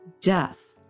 death